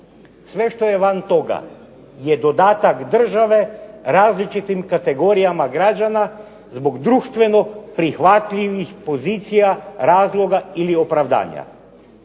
Sve što je van toga je dodatak države različitim kategorijama građana zbog društveno prihvatljivih pozicija, razloga ili opravdanja.